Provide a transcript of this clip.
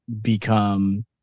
become